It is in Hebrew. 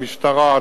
המשטרה,